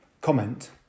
comment